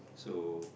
so